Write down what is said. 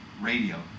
radio